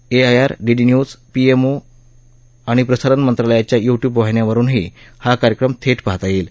A I R DD news PMO आणि प्रसारण मंत्रालयाच्या यूट्यूब वाहिन्यांवरुनही हा कार्यक्रम थेट पाहता येईल